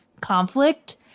conflict